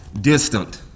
distant